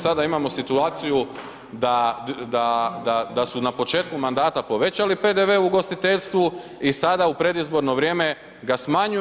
Sada imamo situaciju da su na početku mandata povećali PDV ugostiteljstvu i sada u predizborno vrijeme ga smanjuju.